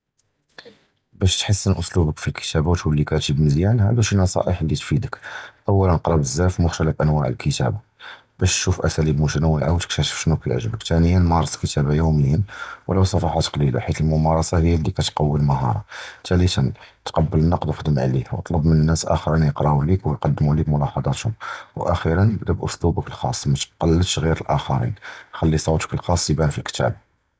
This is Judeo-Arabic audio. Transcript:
בַּשּׁ תְּחַסֵּן אֻסְלוּבְכּ פִי הַכְּתַאבָה וְתוֹלִי כַּתָּאב מְזִיּאַנָ, הָדּוּ שִׁי נְצִיחָאת לִי תְּפִידְכּ, אוּלָא אִקְרָא בְּזַבַּא מֻכְתַלְפַת אַנְוַאְע הַכְּתַאבָה בַּשּׁ תִּשּׁוּף אֻסְלוּבִּים מֻנַוַּע וְתִקְתַשְפ שְׁנּוּ כִּיַּעְגְּבְכּ, תִּנִיָּאן מַרֵס הַרְיוּדָה יוֹמִיָּאן וְלוּ וְסַפְחָאת קְלִילָה כִּיַּא הַמֻּמַארַסָה הִי לִי כִּתְקְּוִי הַמְּהָارָה, תִּלְתִּיָּאן תְּקַבֵּל הַנִּקּוּד וְאָחְדָם עָלֵיהּ וְאִטְלְבּ מִן הַנָּאס אַחְרִין יְקְרָאוּלְכּ וְיְקַדְּמוּ לִיך מֻלַחַاظָתְהּוּם, וְאַחֻ'ירָאן אַבְדָא בְּאֻסְלוּבְכּ הַחָאס וְמַתְקַלֵּדש גִּ'ר הָאַחְרִין, חַ'לִי صוּטְכּ הַחָאס יִבָּאן פִי הַכְּתַאבָה.